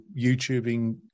YouTubing